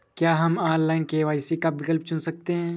क्या हम online KYC का विकल्प चुन सकते हैं?